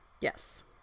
Yes